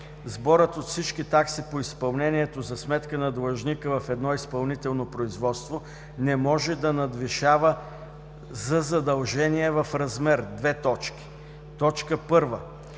Сборът от всички такси по изпълнението за сметка на длъжника в едно изпълнително производство не може да надвишава за задължения в размер: 1. до 10 на